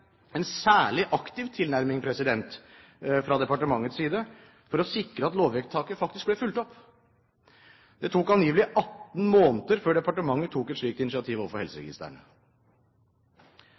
en særlig aktiv tilnærming fra departementets side for å sikre at lovvedtaket faktisk ble fulgt opp. Det tok angivelig 18 måneder før departementet tok et slikt initiativ overfor